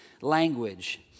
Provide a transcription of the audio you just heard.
language